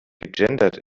gegendert